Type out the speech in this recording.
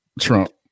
Trump